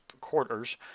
quarters